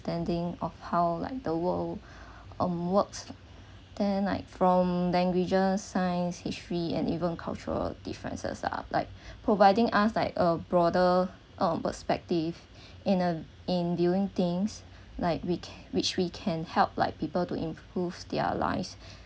standing of how like the world um works then like from languages science history and even cultural differences are like providing us like a broader um perspective in uh in doing things like we which we can help like people to improve their lives